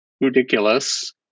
ridiculous